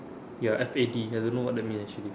ya F A D I don't know what that mean actually